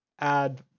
add